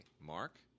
Mark